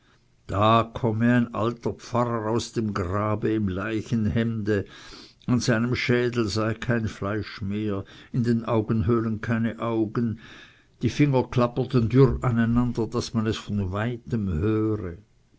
da komme ein alter pfarrer aus dem grabe im leichenhemde an seinem schädel sei kein fleisch mehr in den augenhöhlen keine augen die finger klapperten dürr aneinander daß man es von weitem höre